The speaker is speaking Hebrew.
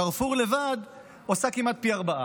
וקארפור לבד עושה כמעט פי ארבעה,